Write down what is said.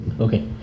Okay